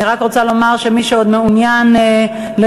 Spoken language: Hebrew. אני רק רוצה לומר שמי שעוד מעוניין לדבר,